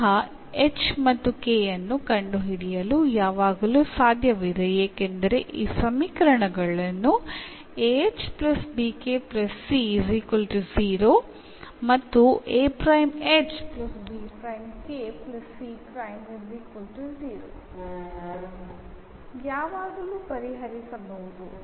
ಅಂತಹ h ಮತ್ತು k ಅನ್ನು ಕಂಡುಹಿಡಿಯಲು ಯಾವಾಗಲೂ ಸಾಧ್ಯವಿದೆ ಏಕೆಂದರೆ ಈ ಸಮೀಕರಣಗಳನ್ನು ಯಾವಾಗಲೂ ಪರಿಹರಿಸಬಹುದು